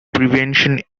prevention